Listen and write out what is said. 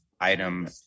item